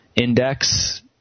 Index